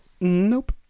Nope